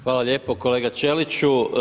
Hvala lijepo kolega Ćeliću.